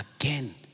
again